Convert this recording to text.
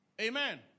Amen